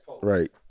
Right